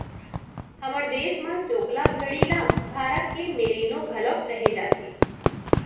हमर देस म चोकला भेड़ी ल भारत के मेरीनो घलौक कहे जाथे